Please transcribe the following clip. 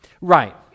Right